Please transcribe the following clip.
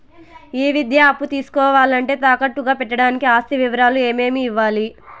ఈ విద్యా అప్పు తీసుకోవాలంటే తాకట్టు గా పెట్టడానికి ఆస్తి వివరాలు ఏమేమి ఇవ్వాలి?